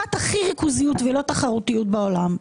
אחת הכי ריכוזית ולא תחרותית בעולם,